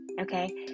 okay